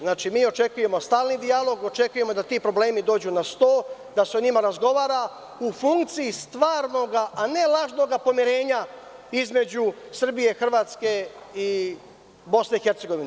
Znači, mi očekujemo stalni dijalog, očekujemo da ti problemi dođu na sto, da se o njima razgovara u funkciji stvarnoga, a ne lažnoga pomirenja između Srbije, Hrvatske i Bosne i Hercegovine.